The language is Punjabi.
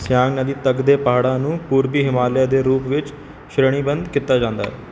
ਸਿਆਂਗ ਨਦੀ ਤੱਕ ਦੇ ਪਹਾੜਾਂ ਨੂੰ ਪੂਰਬੀ ਹਿਮਾਲਿਆ ਦੇ ਰੂਪ ਵਿੱਚ ਸ਼੍ਰੇਣੀਬੱਧ ਕੀਤਾ ਜਾਂਦਾ ਹੈ